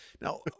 now